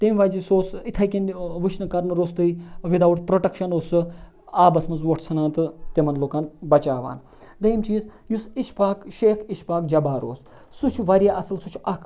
تٔمۍ وجہ سُہ اوس اِتھَے کنۍ وٕچھنہٕ کَرنہٕ روٚستُے وِدآوُٹ پرٛوٹَکشَن اوس سُہ آبَس منٛز وۄٹھ ژھٕنان تہٕ تِمَن لُکَن بَچاوان دوٚیِم چیٖز یُس اشفاق شیخ اشفاق جبار اوس سُہ چھِ واریاہ اَصٕل سُہ چھِ اَکھ